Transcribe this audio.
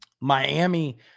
Miami